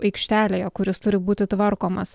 aikštelėje kur jis turi būti tvarkomas